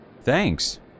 Thanks